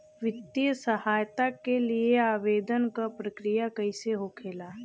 वित्तीय सहायता के लिए आवेदन क प्रक्रिया कैसे होखेला?